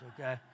okay